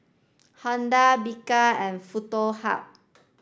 Honda Bika and Foto Hub